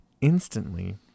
instantly